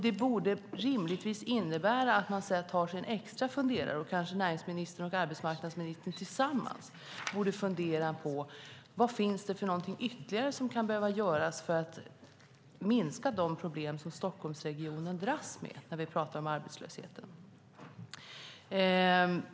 Det borde rimligtvis innebära att man tar sig en extra funderare. Kanske borde näringsministern och arbetsmarknadsministern tillsammans fundera på: Vad finns det för någonting ytterligare som kan behöva göras för att minska de problem som Stockholmsregionen dras med när vi pratar om arbetslösheten?